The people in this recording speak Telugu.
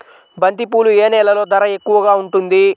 బంతిపూలు ఏ నెలలో ధర ఎక్కువగా ఉంటుంది?